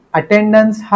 attendance